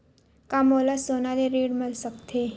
का मोला सोना ले ऋण मिल सकथे?